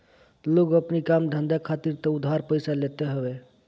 लोग अपनी काम धंधा खातिर तअ उधार पइसा लेते हवे